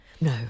No